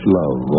love